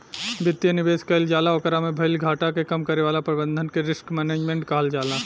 वित्तीय निवेश कईल जाला ओकरा में भईल घाटा के कम करे वाला प्रबंधन के रिस्क मैनजमेंट कहल जाला